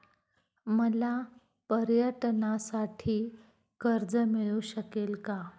मला पर्यटनासाठी कर्ज मिळू शकेल का?